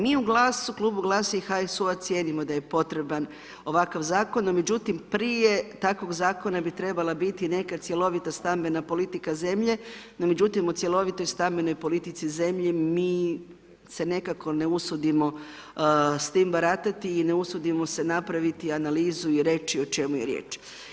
Mi u Klubu GLASA i HSU-a cijenimo da je potreban ovakav zakon međutim, prije takvog zakona bi trebala biti neka cjelovita stambena politika zemlje, no međutim, o cjelovitoj stambenoj politici zemlje mi se nekako ne usudimo s tim baratati i ne usudimo se napraviti analizu i reći o čemu je riječ.